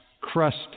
crust